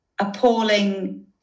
appalling